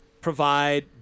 provide